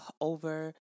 over